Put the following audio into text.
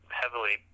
heavily